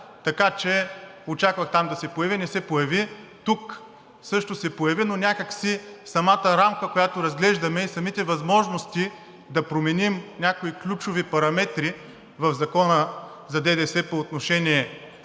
така че очаквах там да се появи, не се появи. Тук също се появи, но някак си самата рамка, която разглеждаме, и самите възможности да променим някои ключови параметри в Закона за ДДС по отношение